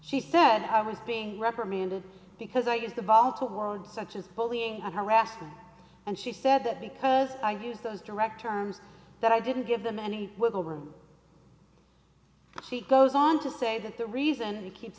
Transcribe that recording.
she said i was being reprimanded because i use the ball towards such as bullying and harassment and she said that because i use those direct terms that i didn't give them any wiggle room she goes on to say that the reason he keeps